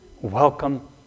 welcome